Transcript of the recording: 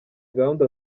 gahunda